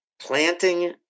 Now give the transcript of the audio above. planting